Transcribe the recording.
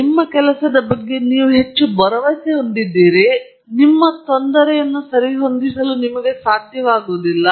ನಿಮ್ಮ ಕೆಲಸದ ಬಗ್ಗೆ ನೀವು ಹೆಚ್ಚು ಭರವಸೆ ಹೊಂದಿದ್ದೀರಿ ನಿಮ್ಮ ತೊಂದರೆಯನ್ನು ಸರಿಹೊಂದಿಸಲು ನಿಮಗೆ ಸಾಧ್ಯವಾಗುವುದಿಲ್ಲ